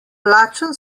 lačen